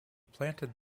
planted